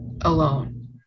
alone